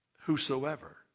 Whosoever